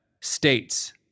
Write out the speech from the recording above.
states